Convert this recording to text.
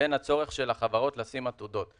לבין הצורך של החברות לשים עתודות.